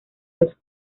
los